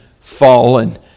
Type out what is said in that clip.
fallen